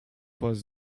was